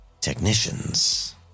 technicians